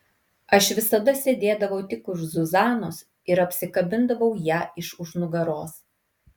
aš visada sėdėdavau tik už zuzanos ir apsikabindavau ją iš už nugaros